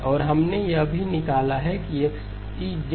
और हमने यह भी निकाला कि XEX